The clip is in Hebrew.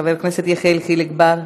חבר הכנסת יחיאל חיליק בר,